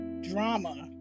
drama